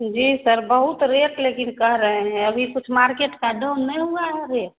जी sir बहुत rate लेकिन कह रहे हैं अभी कुछ मार्केट का डऊन नहीं हुआ है रेट